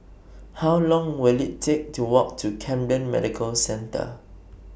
How Long Will IT Take to Walk to Camden Medical Centre